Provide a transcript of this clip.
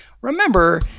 remember